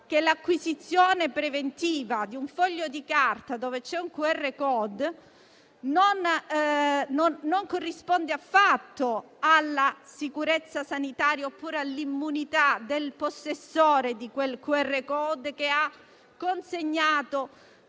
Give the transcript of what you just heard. che l'acquisizione preventiva di un foglio di carta dove c'è un QR *code* non corrisponde affatto alla sicurezza sanitaria oppure all'immunità del possessore di quel QR *code* che ha consegnato